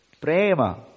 prema